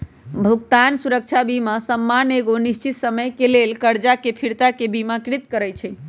भुगतान सुरक्षा बीमा सामान्य एगो निश्चित समय के लेल करजा के फिरताके बिमाकृत करइ छइ